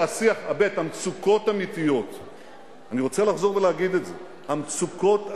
ב-2003 זה היה ממש לא נכון,